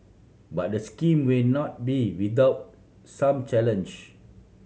but the scheme may not be without some challenge